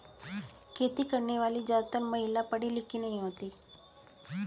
खेती करने वाली ज्यादातर महिला पढ़ी लिखी नहीं होती